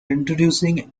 introducing